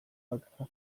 bakarra